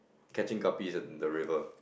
catching guppies in the river